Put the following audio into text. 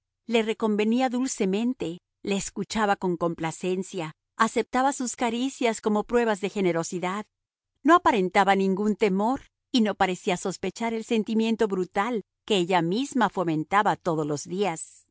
le reconvenía dulcemente le escuchaba con complacencia aceptaba sus caricias como pruebas de generosidad no aparentaba ningún temor y no parecía sospechar el sentimiento brutal que ella misma fomentaba todos los días